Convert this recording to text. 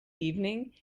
evening